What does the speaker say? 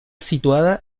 situada